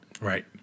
Right